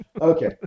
Okay